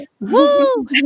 Woo